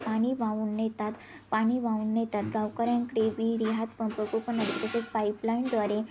पाणी वाहवून नेतात पाणी वाहून नेतात गावकऱ्यांकडे विहिरी हातपंप कूपननलिका तसेच पाईपलाईनद्वारे